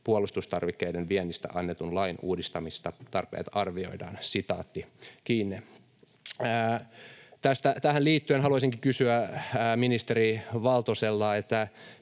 puolustustarvikkeiden viennistä annetun lain uudistamistarpeet arvioidaan.” Tähän liittyen haluaisinkin kysyä ministeri Valtoselta,